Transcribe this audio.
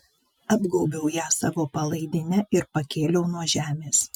apgaubiau ją savo palaidine ir pakėliau nuo žemės